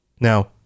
Now